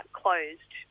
closed